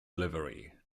livery